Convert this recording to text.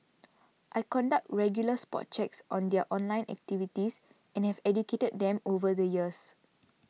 I conduct regular spot checks on their online activities and have educated them over the years